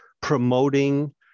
promoting